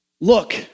look